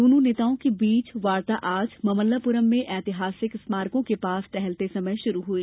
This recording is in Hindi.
दोनों नेताओं के बीच वार्ता आज मामल्लपुरम में ऐतिहासिक स्मारकों के पास टहलते समय शुरू हुई